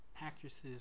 actresses